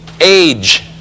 age